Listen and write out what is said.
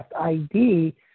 ID